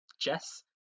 Jess